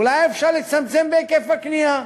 אולי אפשר לצמצם את היקף הקנייה?